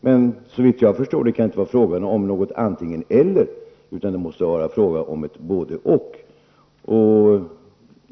Men såvitt jag förstår det kan det inte vara fråga om något antingen--eller, utan det måste vara fråga om ett både--och.